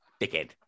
dickhead